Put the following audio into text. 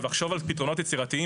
לחשוב על פתרונות יצירתיים,